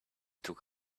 took